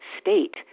state